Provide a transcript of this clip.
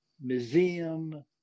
museum